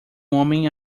homem